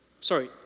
Sorry